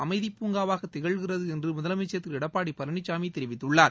அமைதிப் பூங்காவாக திகழ்கிறது என்று முதலமைச்சர் திரு எடப்பாடி பழனிசாமி தெரிவித்துள்ளார்